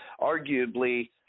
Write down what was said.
arguably